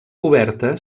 coberta